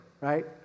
right